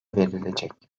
verilecek